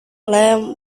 lee